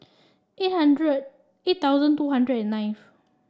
eight hundred eight thousand two hundred and ninth